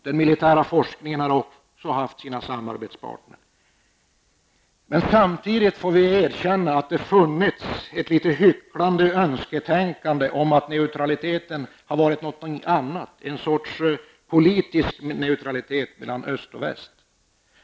Den militära forskningen har också haft sina samarbetspartner. Samtidigt får vi erkänna att det har funnits ett litet hycklande önsketänkande om att neutraliteten skulle vara någon slags politisk neutralitet mellan öst och väst.